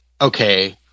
okay